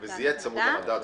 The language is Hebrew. יהיה צמוד למדד,